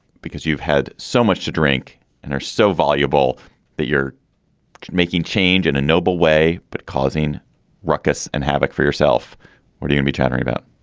because you've had so much to drink and are so valuable that you're making change in a noble way but causing ruckus and havoc for yourself where you can be chattering about